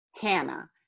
Hannah